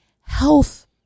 health